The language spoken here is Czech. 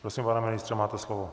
Prosím, pane ministře, máte slovo.